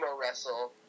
wrestle